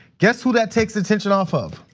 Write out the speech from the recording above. guess who that takes attention off of?